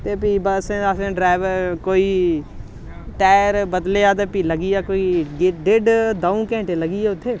ते भी बस्सें असें डरैवर कोई टायर बदलेआ ते भी लग्गी गेआ कोई डिढ्ढ द'ऊं घैंटे लग्गी गे उत्थै